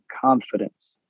confidence